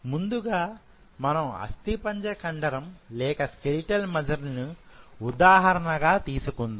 ముందుగా మనం అస్థిపంజర కండరం లేకస్కెలిటల్ మజిల్ ను ఉదాహరణగా తీసుకుందాం